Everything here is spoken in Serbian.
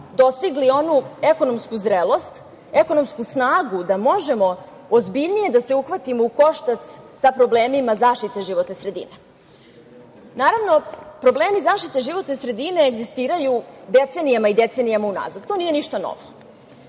dostigli onu ekonomsku zrelost, ekonomsku snagu da možemo ozbiljnije da se uhvatimo u koštac sa problemima zaštite životne sredine. Naravno, problemi zaštite životne sredine egzistiraju decenijama i decenijama unazad. To nije ništa novo.